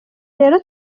rero